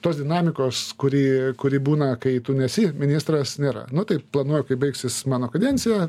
tos dinamikos kuri kuri būna kai tu nesi ministras nėra nu tai planuoju kai baigsis mano kadencija